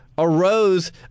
Arose